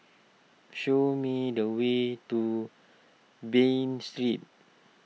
show me the way to Bain Street